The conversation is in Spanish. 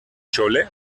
chole